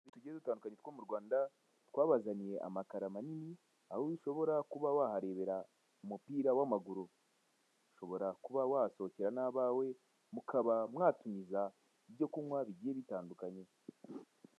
Utubari tugiye dutandukanye two mu Rwanda twabazaniye amakara manini aho ushobora kuba waharebera umupira w'amaguru. Ushobora kuba wahasohokera n'abawe mu kaba mwatumiza ibyo kunywa bigiye bitandukanye.